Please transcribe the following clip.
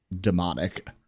demonic